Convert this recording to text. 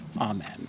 Amen